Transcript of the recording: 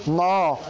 ନଅ